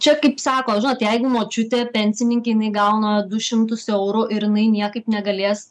čia kaip sako žinot jeigu močiutė pensininkė gauna du šimtus eurų ir jinai niekaip negalės